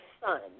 son